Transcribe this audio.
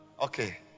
okay